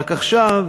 רק עכשיו,